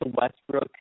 Westbrook